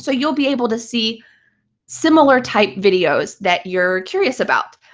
so you'll be able to see similar type videos that you're curious about.